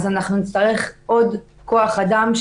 נצטרך עוד כוח-אדם,